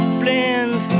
blend